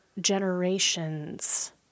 generations